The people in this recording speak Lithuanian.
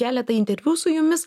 keleta interviu su jumis